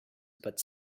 but